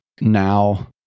now